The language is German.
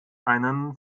einen